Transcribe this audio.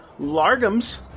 Largums